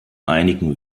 einigen